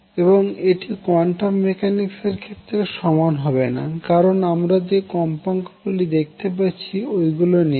এবং এটি quantum mechanics এর ক্ষেত্রে সমান হবে না কারন আমরা যে কম্পাঙ্ক গুলি দেখতে পাচ্ছি ওইগুলো নিয়েছি